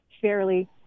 fairly